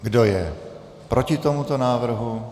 Kdo je proti tomuto návrhu?